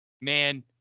Man